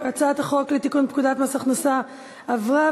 ההצעה להעביר את הצעת חוק לתיקון פקודת מס הכנסה (מס' 200),